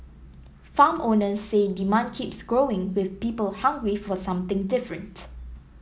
farm owners say demand keeps growing with people hungry for something different